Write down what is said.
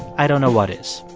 i don't know what is